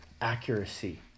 accuracy